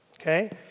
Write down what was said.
Okay